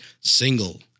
single